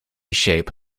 shape